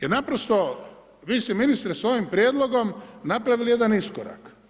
I naprosto vi ste ministre s ovim prijedlogom, napravili jedan iskorak.